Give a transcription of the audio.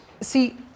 See